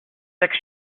six